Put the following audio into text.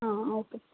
ಹಾಂ ಓಕೆ